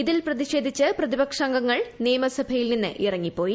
ഇതിൽ പ്രതിഷേധിച്ച് പ്രതിപക്ഷാംഗങ്ങൾ നിയമസഭയിൽ നിന്നിറങ്ങിപ്പോയി